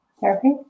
therapy